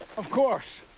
of course.